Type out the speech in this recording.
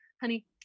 honey